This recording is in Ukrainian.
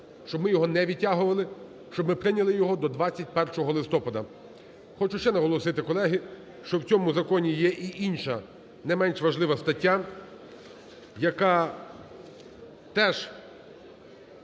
щоб ми його не відтягували, щоб ми прийняли його до 21 листопада. Хочу ще наголосити, колеги, що в цьому законі є і інша не менш важлива стаття, яка теж